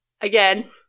again